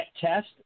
TEST